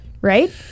right